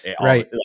right